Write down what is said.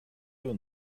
you